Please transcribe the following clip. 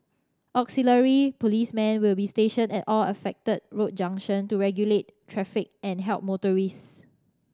auxiliary policemen will be stationed at all affected road junction to regulate traffic and help motorists